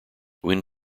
when